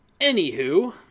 Anywho